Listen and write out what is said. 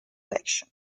election